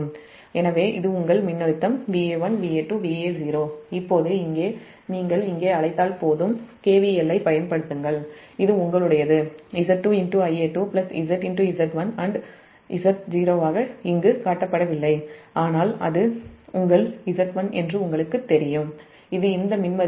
எனவே இது உங்கள் மின்னழுத்தம் Va1 Va2 Va0 இப்போது இங்கே நீங்கள் KVL ஐப் பயன்படுத்துங்கள் இது உங்களுடையது Z2 Ia2 Z Z1 மற்றும் Z0 ஆக இங்கு காட்டப்பட வில்லை ஆனால் இது உங்கள் Z1 என்று உங்களுக்குத் தெரியும் இது இந்த மின்மறுப்பு Z2 மற்றும் இது Z0 ஆகும்